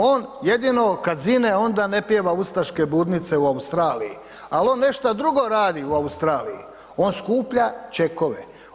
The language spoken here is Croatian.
On jedino kad zine, onda ne pjeva ustaške budnice u Australiji ali on nešto drugo radi u Australiji, on skuplja čekove.